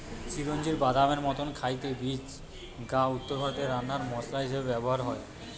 চিরোঞ্জির বাদামের মতো খাইতে বীজ গা উত্তরভারতে রান্নার মসলা হিসাবে ব্যভার হয়